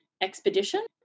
expedition